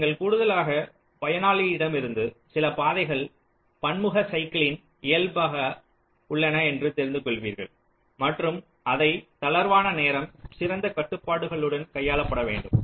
நீங்கள் கூடுதலாக பயனாளி யிடமிருந்து சில பாதைகள் பன்முக சைக்கிளின் இயல்பியலாக உள்ளன என்று தெரிந்து கொள்வீர்கள் மற்றும் அவை தளர்வான நேரம் சிறந்த கட்டுப்பாடுகளுடன் கையாளப்பட வேண்டும்